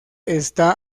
está